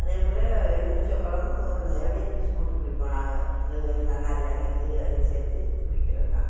அதேபோல் எலுமிச்சம்பழமும் நேரடியாக ஜூஸ் போட்டு குடிப்போம் நாங்கள் இந்த நன்னாரி வாங்காந்து அதுவும் சேர்த்து குடிக்கிறதுதான்